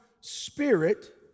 spirit